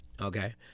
okay